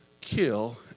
kill